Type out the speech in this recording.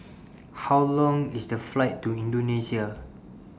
How Long IS The Flight to Indonesia